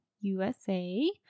USA